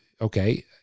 Okay